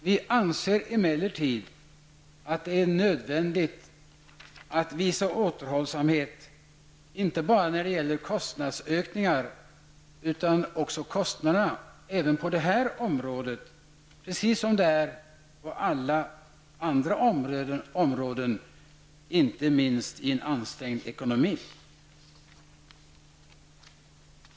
Vi anser emellertid att det är nödvändigt att visa återhållsamhet, inte bara när det gäller kostnadsökningar utan också rörande nuvarande kostnader, på det här området precis som på alla andra områden, inte minst i en ansträngd ekonomi.